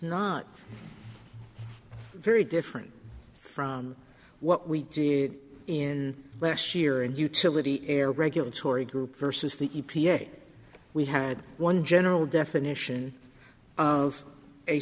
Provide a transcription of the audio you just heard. not very different from what we did in last year and utility air regulatory group versus the e p a we had one general definition of a